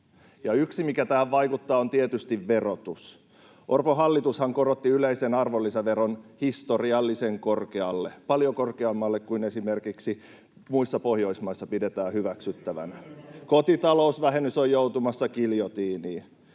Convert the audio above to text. yksi, mikä tähän vaikuttaa, on tietysti verotus. Orpon hallitushan korotti yleisen arvonlisäveron historiallisen korkealle, paljon korkeammalle kuin esimerkiksi muissa Pohjoismaissa pidetään hyväksyttävänä. Kotitalousvähennys on joutumassa giljotiiniin.